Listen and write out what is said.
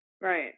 Right